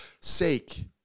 sake